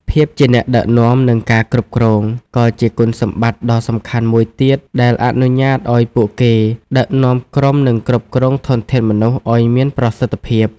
ភាពជាអ្នកដឹកនាំ និងការគ្រប់គ្រង ក៏ជាគុណសម្បត្តិដ៏សំខាន់មួយទៀត ដែលអនុញ្ញាតឱ្យពួកគេដឹកនាំក្រុម និងគ្រប់គ្រងធនធានមនុស្សឱ្យមានប្រសិទ្ធភាព។